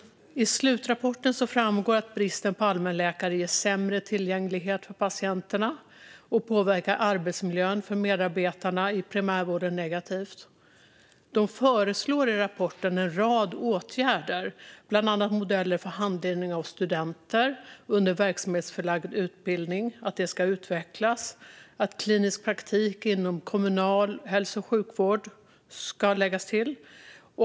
I slutrapporten framgår att bristen på allmänläkare ger sämre tillgänglighet för patienterna och påverkar arbetsmiljön för medarbetarna i primärvården negativt. Man föreslår i rapporten en rad åtgärder, bland annat att modeller för handledning av studenter under verksamhetsförlagd utbildning ska utvecklas och att klinisk praktik inom kommunal hälso och sjukvård ska läggas till.